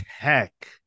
tech